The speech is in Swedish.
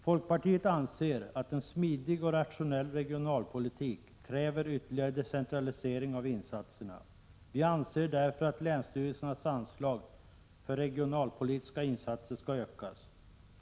Folkpartiet anser att en smidig och rationell regionalpolitik kräver ytterligare decentralisering av insatserna. Vi anser därför att länsstyrelsernas anslag för regionalpolitiska insatser skall ökas.